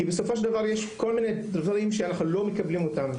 כי בסופו של דבר יש כל מיני דברים שאנחנו לא מקבלים אותם,